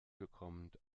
bekommt